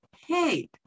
hey